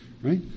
right